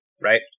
Right